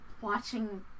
watching